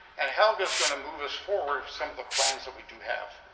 and helga's going to move us forward of some of the plans that we do have.